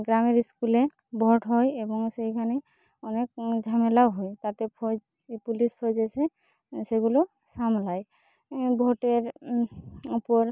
গ্রামের স্কুলে ভোট হয় এবং সেইখানে অনেক ঝামেলাও হয় তাতে ফৌজ ই পুলিশ ফৌজ এসে সেগুলো সামলায় ভোটের ওপর